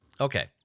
Okay